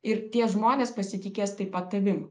ir tie žmonės pasitikės taip pat tavim